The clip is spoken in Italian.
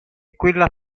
quella